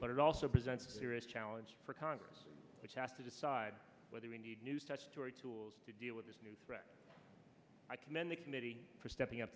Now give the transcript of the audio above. but it also presents challenges for congress which has to decide whether we need new such story tools to deal with this new threat i commend the committee for stepping up